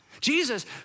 Jesus